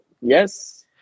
Yes